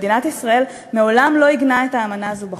מדינת ישראל מעולם לא עיגנה את האמנה הזאת בחוק.